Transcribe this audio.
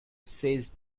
says